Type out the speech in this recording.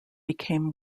became